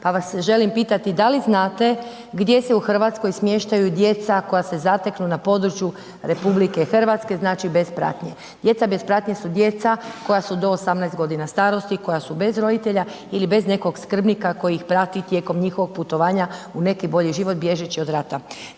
pa vas želim pitati da li znate gdje se u RH smještaju djeca koja se zateknu na području RH, znači, bez pratnje. Djeca bez pratnje su djeca koja su do 18.g. starosti, koja su bez roditelja ili bez nekog skrbnika koji ih prati tijekom njihovog putovanja u neki bolji život, bježeći od rata.